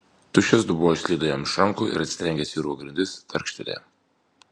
tuščias dubuo išslydo jam iš rankų ir atsitrenkęs į urvo grindis tarkštelėjo